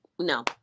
No